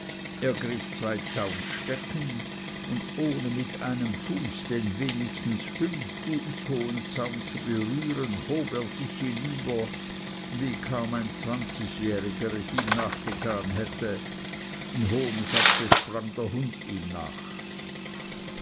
ergriff zwei zaunstecken und ohne mit einem fuß den wenigstens fünf fuß hohen zaun zu berühren hob er sich hinüber wie kaum ein zwanzigjähriger es ihm nachgetan hätte in hohem satze sprang der hund ihm nach